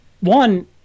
One